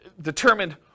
determined